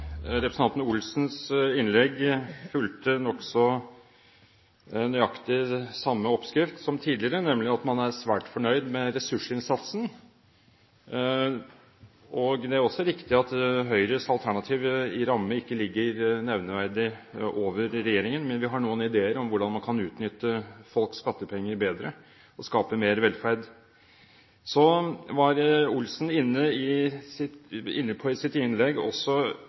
Representanten Olsen fulgte nokså nøyaktig samme oppskrift som tidligere, ved å hevde at man er svært fornøyd med ressursinnsatsen. Det er også riktig at Høyres alternative ramme ikke ligger nevneverdig over regjeringens, men vi har noen ideer om hvordan vi kan utnytte folks skattepenger bedre og skape mer velferd. Olsen var i sitt innlegg også